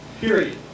period